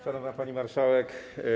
Szanowna Pani Marszałek!